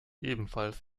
ebenfalls